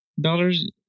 dollars